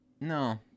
No